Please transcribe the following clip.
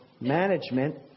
management